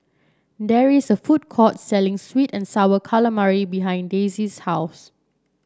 there is a food court selling sweet and sour calamari behind Daisey's house